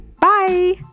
Bye